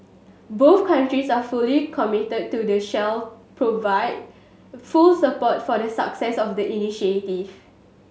both countries are fully committed to and shall provide full support for the success of the initiative